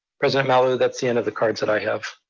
president malauulu, that's the end of the cards that i have.